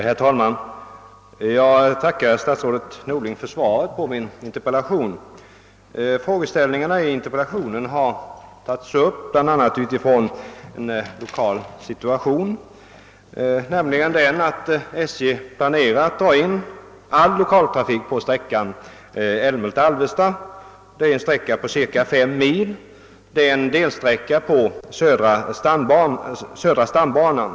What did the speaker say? Herr talman! Jag tackar statsrådet Norling för svaret på min interpellation. | verats bl.a. av en lokal situation, nämligen den att SJ planerar att dra in all lokaltrafik på sträckan Älmhult —Alvesta, en delsträcka på cirka 5 mil på södra stambanan.